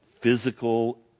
physical